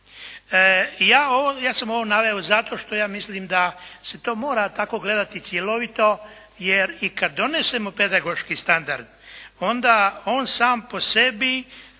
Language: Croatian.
Ja sam ovo naveo zato što ja mislim da se to mora tako gledati cjelovito jer i kad donesemo pedagoški standard, onda on, sam po sebi,